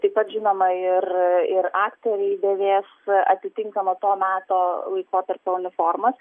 taip pat žinoma ir ir aktoriai dėvės atitinkamo to meto laikotarpio uniformas